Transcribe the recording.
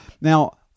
Now